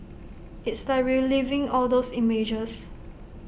it's like reliving all those images